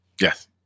Yes